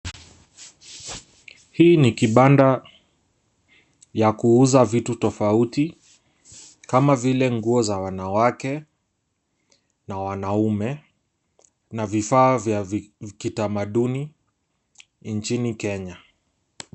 Hii ni kibanda ya kuuza vitu tofauti kama vile nguo za wanawake na wanaume na vifaa vya kitamaduni nchini Kenya.